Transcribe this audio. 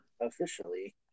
Officially